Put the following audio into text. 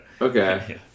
Okay